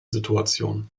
situation